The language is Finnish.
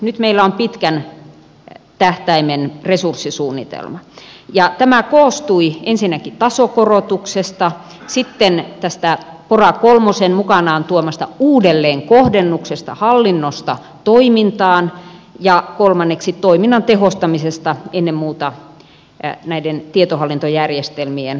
nyt meillä on pitkän tähtäimen resurssisuunnitelma ja tämä koostui ensinnäkin tasokorotuksesta sitten tästä pora iiin mukanaan tuomasta uudelleenkohdennuksesta hallinnosta toimintaan ja kolmanneksi toiminnan tehostamisesta ennen muuta näiden tietohallintojärjestelmien avulla